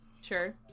Sure